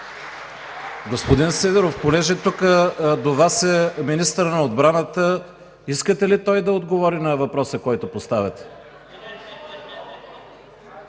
Господин Сидеров, тъй като тук, до Вас, е министърът на отбраната, искате ли той да отговори на въпроса, който поставяте?